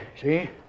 see